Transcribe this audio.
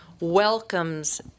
welcomes